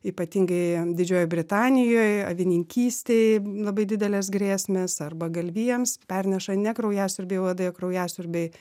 ypatingai didžiojoj britanijoj avininkystėj labai didelės grėsmės arba galvijams perneša ne kraujasiurbiai uodai o kraujasiurbiai